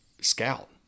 scout